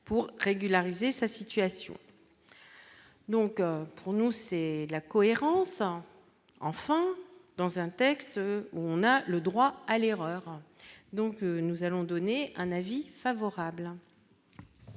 pour régulariser sa situation, donc pour nous c'est la cohérence sans enfant dans un texte où on a le droit à l'erreur, donc nous allons donner un avis favorable.